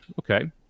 Okay